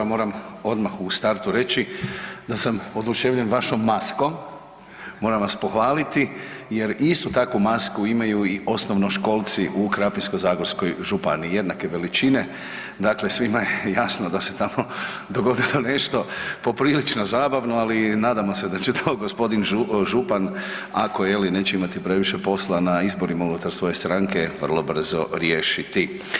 Moram odmah u startu reći da sam oduševljen vašom maskom, moram vas pohvaliti jer istu takvu masku imaju i osnovnoškolci u Krapinsko-zagorskoj županiji, jednake veličine, dakle svima je jasno da se tamo dogodilo nešto poprilično zabavno, ali nadamo se da će to gospodin župan ako je li neće imati previše posla na izborima unutar svoje stranke, vrlo brzo riješiti.